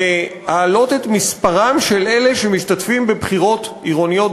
להעלות את מספרם של אלה שמשתתפים בבחירות עירוניות,